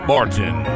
Martin